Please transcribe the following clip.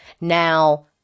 Now